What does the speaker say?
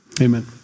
Amen